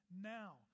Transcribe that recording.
Now